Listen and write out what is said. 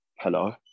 hello